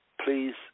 please